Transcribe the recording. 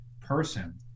person